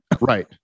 Right